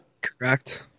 Correct